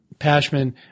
Pashman